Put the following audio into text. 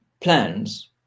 plans